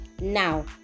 now